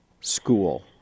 school